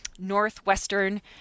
Northwestern